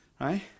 Right